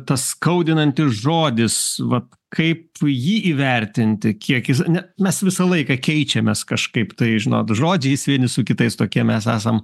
tas skaudinantis žodis vat kaip tu jį įvertinti kiek jis ne mes visą laiką keičiamės kažkaip tai žinot žodžiais vieni su kitais tokie mes esam